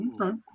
okay